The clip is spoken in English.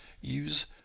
use